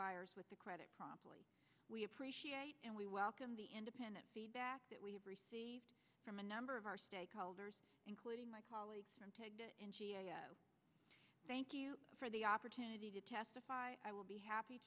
homebuyers with the credit promptly we appreciate and we welcome the independent feedback that we have received from a number of our stakeholders including my colleagues and i thank you for the opportunity to testify i will be happy